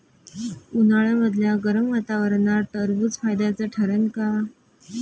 उन्हाळ्यामदल्या गरम वातावरनात टरबुज फायद्याचं ठरन का?